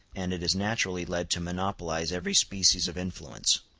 and it is naturally led to monopolize every species of influence.